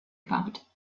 about